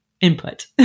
input